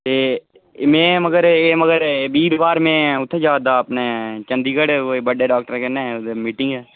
ते मैं मगर एह् मगर बीरबार मैं उत्थैं जा दा अपने चंडीगढ़ बड्डे डाक्टर कन्नै मीटिंग ऐ